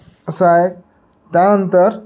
कसं आहे त्यानंतर